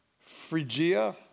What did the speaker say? Phrygia